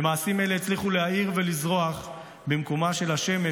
במעשים אלה הצליחו להאיר ולזרוח במקומה של השמש,